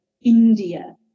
India